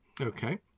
okay